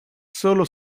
solo